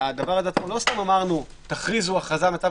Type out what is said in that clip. לא סתם אמרנו: תכריזו הכרזה על מצב